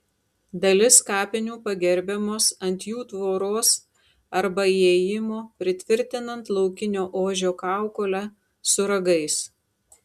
dalis kapinių pagerbiamos ant jų tvoros arba įėjimo pritvirtinant laukinio ožio kaukolę su ragais